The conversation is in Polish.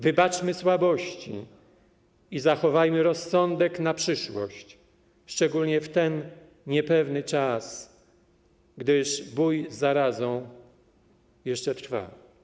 Wybaczmy słabości i zachowajmy rozsądek na przyszłość, szczególnie w ten niepewny czas, gdyż bój z zarazą jeszcze trwa.